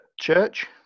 church